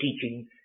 teaching